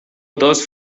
dos